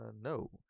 No